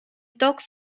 toc